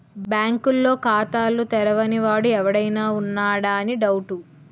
బాంకుల్లో ఖాతాలు తెరవని వాడు ఎవడైనా ఉన్నాడా అని డౌటు